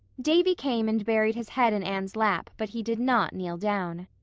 davy came and buried his head in anne's lap, but he did not kneel down.